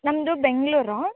ನಮ್ಮದು ಬೆಂಗಳೂರು